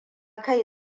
kai